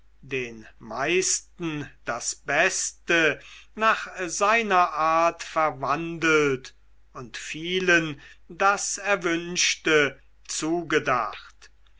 den meisten das beste nach seiner art verwandelt und vielen das erwünschte zugedacht